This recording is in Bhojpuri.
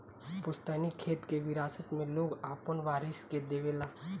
पुस्तैनी खेत के विरासत मे लोग आपन वारिस के देवे ला